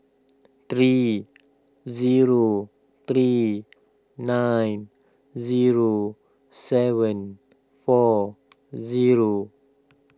three zero three nine zero seven four zero